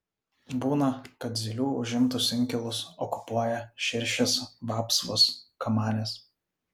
būna kad zylių užimtus inkilus okupuoja širšės vapsvos kamanės